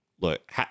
look